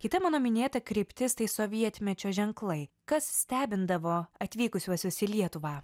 kiti mano minėta kryptis tai sovietmečio ženklai kas stebindavo atvykusiuosius į lietuvą